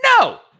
no